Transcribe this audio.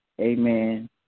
amen